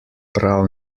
prav